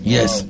Yes